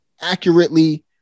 accurately